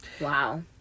Wow